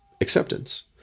acceptance